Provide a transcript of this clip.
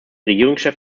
regierungschefs